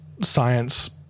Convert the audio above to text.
science